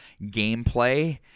gameplay